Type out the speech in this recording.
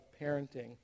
parenting